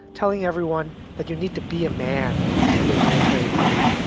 telling everyone that you need to be a man to be a military leader.